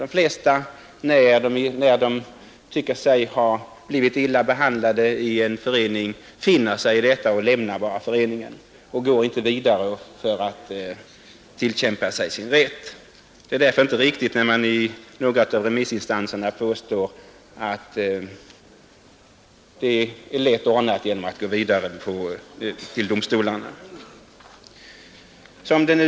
De flesta av dem som tycker sig ha blivit illa behandlade i en förening lämnar bara föreningen. De går inte vidare med ärendet för att tillkämpa sig sin rätt. Därför är det inte riktigt som några remissinstanser påstår, att denna sak är lätt ordnad genom att man går vidare med frågan till domstolarna. Herr talman!